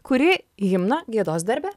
kuri himną giedos darbe